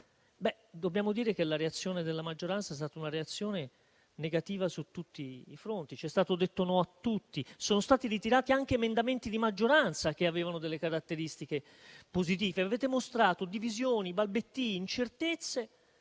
Dobbiamo però dire che la reazione della maggioranza è stata negativa su tutti i fronti: è stato detto no a tutto. Sono stati ritirati anche emendamenti di maggioranza che avevano delle caratteristiche positive. Avete mostrato divisioni, balbettii, incertezze